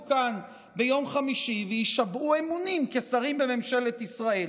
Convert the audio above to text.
כאן ביום חמישי ויישבעו אמונים כשרים בממשלת ישראל.